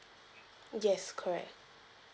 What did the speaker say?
yes correct